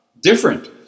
different